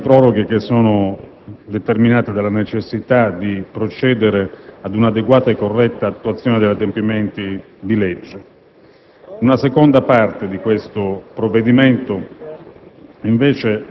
Si tratta di proroghe determinate dalla necessità di procedere ad un'adeguata e corretta attuazione di adempimenti di legge. Una seconda parte del provvedimento